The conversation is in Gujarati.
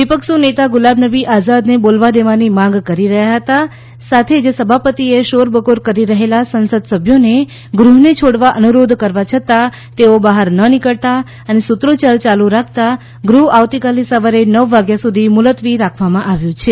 વિપક્ષો નેતા ગુલાબ નબી આઝાદને બોલવા દેવાની માંગ કરી રહ્યા હતા સાથે જ પ્રિસાંડિગ સભાપતિએ કરી રહેલાં સંસદ સભ્યોને ગૃહને છોડવા અનુરોધ કરવા છતાં તેઓ બહાર ન નીકળતા અને સૂત્રોચ્યાર ચાલુ રાખતા ગૃહ આવતીકાલે સવારે નવ વાગ્યા સુધી મુલતવી રાખવામાં આવ્યું છે